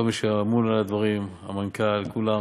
כל מי שאמון על הדברים, המנכ"ל, כולם,